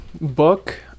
book